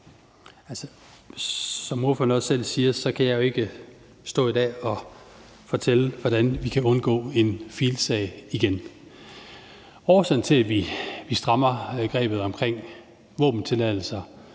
også selv siger, kan jeg jo ikke stå i dag og fortælle, hvordan vi kan undgå en Field's-sag igen. Årsagen til, at vi strammer grebet omkring våbentilladelser